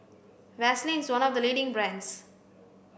Vaselin is one of the leading brands